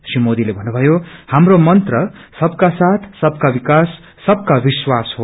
श्री मोदीले भन्नुभ्वायो हाम्रो मंत्र सबका साथ सबका विाकास अनि सबका विश्वास हो